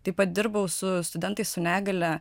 taip pat dirbau su studentais su negalia